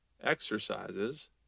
exercises